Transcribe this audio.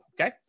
Okay